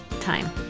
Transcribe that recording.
Time